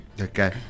Okay